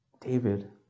david